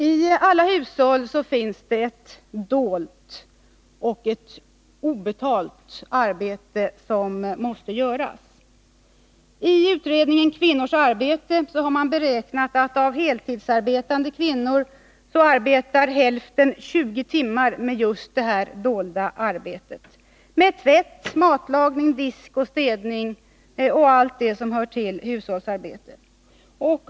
I alla hushåll finns det ett dolt och obetalt arbete som måste göras. I utredningen Kvinnors arbete har man beräknat att av heltidsarbetande kvinnor arbetar hälften 20 timmar med just detta dolda arbete: tvätt, matlagning, disk, städning och allt det som hör till hushållsarbetet.